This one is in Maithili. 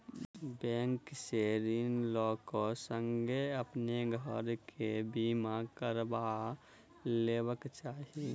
बैंक से ऋण लै क संगै अपन घर के बीमा करबा लेबाक चाही